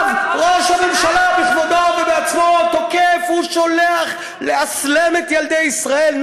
ועכשיו ראש הממשלה בכבודו ובעצמו תוקף: הוא שולח לאסלם את ילדי ישראל.